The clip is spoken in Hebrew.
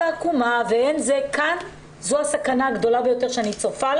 העקומה זו הסכנה הגדולה ביותר שאני צופה.